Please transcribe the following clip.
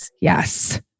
Yes